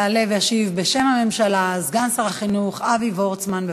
יעלה וישיב בשם הממשלה סגן שר החינוך אבי וורצמן.